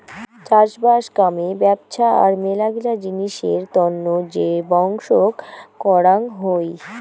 চাষবাস কামে ব্যপছা আর মেলাগিলা জিনিসের তন্ন যে বংশক করাং হই